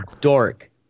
dork